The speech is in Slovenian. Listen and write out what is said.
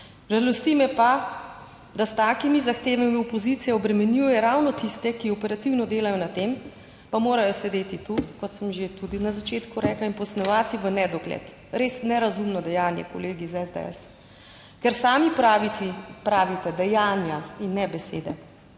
Žalosti me pa, da s takimi zahtevami opozicija obremenjuje ravno tiste, ki operativno delajo na tem, pa morajo sedeti tu, kot sem že tudi na začetku rekla, in pojasnjevati v nedogled - res nerazumno dejanje, kolegi iz SDS, ker sami praviti, pravite dejanja in ne besede,